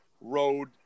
road